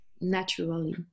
naturally